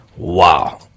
Wow